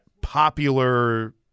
popular